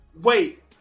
Wait